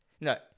No